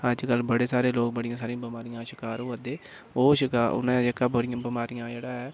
अज्जकल बड़े सारे लोक बाड़िया सारिया बमारियां शकार होऐ दे ओह् शकार मैं जेह्का बड़ी बमारियां दा जेह्ड़ा ऐ